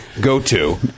go-to